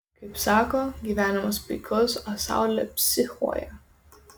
kaip sako gyvenimas puikus o saulė psichuoja